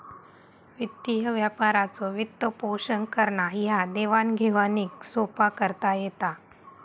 वित्तीय व्यापाराचो वित्तपोषण करान ह्या देवाण घेवाणीक सोप्पा करता येता